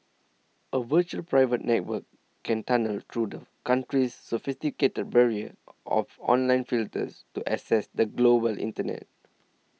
a virtual private network can tunnel through the country's sophisticated barrier of online filters to access the global internet